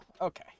Okay